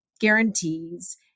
guarantees